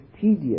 tedious